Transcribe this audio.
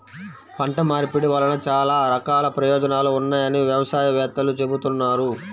పంట మార్పిడి వలన చాలా రకాల ప్రయోజనాలు ఉన్నాయని వ్యవసాయ వేత్తలు చెబుతున్నారు